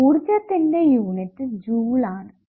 ഊർജ്ജത്തിന്റെ unit joule ആണ്